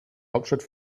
hauptstadt